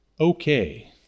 okay